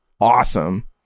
awesome